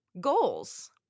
goals